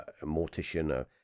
mortician